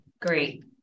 great